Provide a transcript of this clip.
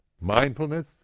Mindfulness